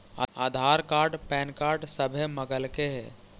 आधार card PAN card सभे मगलके हे?